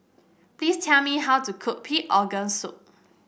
please tell me how to cook Pig Organ Soup